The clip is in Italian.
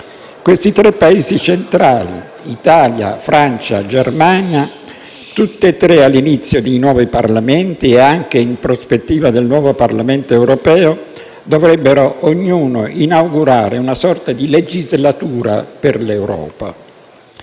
Questi tre Paesi centrali, Italia, Francia, Germania, tutti e tre all'inizio di nuovi Parlamenti (come è all'inizio, in prospettiva, il nuovo Parlamento europeo) dovrebbero ognuno inaugurare una sorta di legislatura per l'Europa.